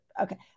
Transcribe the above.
okay